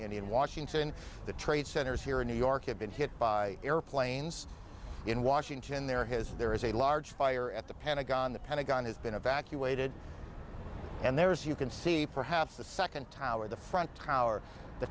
in washington the trade centers here in new york have been hit by airplanes in washington there has there is a large fire at the pentagon the pentagon has been evacuated and there is you can see perhaps the second tower the front tower the